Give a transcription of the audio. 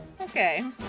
Okay